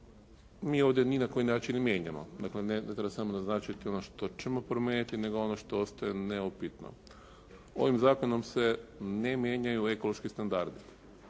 mi ovdje ni na koji način mijenjamo, dakle ne treba samo naznačiti ono što ćemo promijeniti nego ono što ostaje neupitno. Ovim zakonom se ne mijenjaju ekološki standardi.